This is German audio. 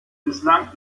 bislang